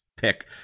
Pick